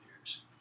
years